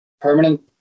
permanent